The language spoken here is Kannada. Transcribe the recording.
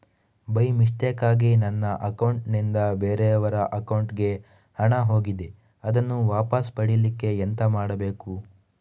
ಬೈ ಮಿಸ್ಟೇಕಾಗಿ ನನ್ನ ಅಕೌಂಟ್ ನಿಂದ ಬೇರೆಯವರ ಅಕೌಂಟ್ ಗೆ ಹಣ ಹೋಗಿದೆ ಅದನ್ನು ವಾಪಸ್ ಪಡಿಲಿಕ್ಕೆ ಎಂತ ಮಾಡಬೇಕು?